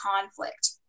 conflict